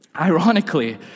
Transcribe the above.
Ironically